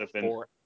four